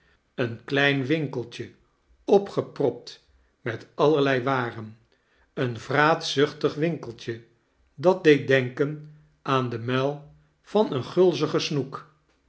een klein winkeltje opgepropt met allerlei waren een vraatzuehtig winkeltje dat deed denken aan den muil van een gulzigen snoek